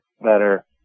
better